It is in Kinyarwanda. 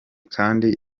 kandi